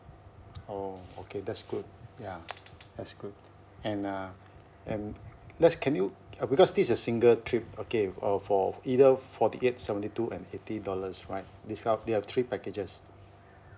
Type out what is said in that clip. oh okay that's good ya that's good and uh and let's can you uh because this is single trip okay uh for either forty eight seventy two and eighty dollars right this kind of there are three packages